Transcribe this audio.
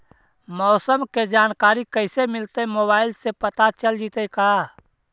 मौसम के जानकारी कैसे मिलतै मोबाईल से पता चल जितै का?